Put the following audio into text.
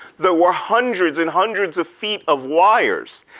there were hundreds and hundreds of feet of wires.